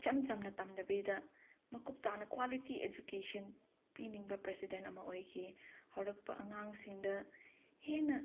ꯏꯆꯝ ꯆꯝꯅ ꯇꯝꯗꯕꯤꯗ ꯃꯀꯨꯞ ꯇꯥꯅ ꯀ꯭ꯋꯥꯂꯤꯇꯤ ꯏꯖꯨꯀꯦꯁꯟ ꯄꯤꯅꯤꯡꯕ ꯄ꯭ꯔꯁꯤꯗꯦꯟ ꯑꯃ ꯑꯣꯏꯈꯤ ꯍꯧꯔꯛꯄ ꯑꯉꯥꯡꯁꯤꯡꯗ ꯍꯦꯟꯅ